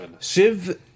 Shiv